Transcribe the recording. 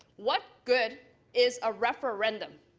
what good is a referendum?